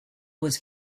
was